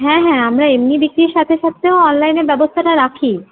হ্যাঁ হ্যাঁ আমরা এমনি বিক্রির সাথে সাথে অনলাইনের ব্যবস্থাটা রাখি